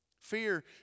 Fear